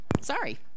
sorry